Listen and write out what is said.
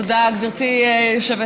תודה, גברתי היושבת-ראש.